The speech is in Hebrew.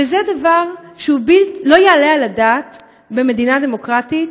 וזה דבר שלא יעלה על הדעת במדינה דמוקרטית,